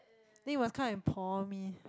then you must come and por me